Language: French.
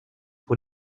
pour